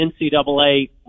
NCAA